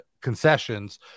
concessions